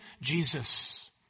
Jesus